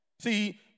See